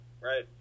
right